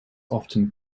often